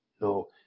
no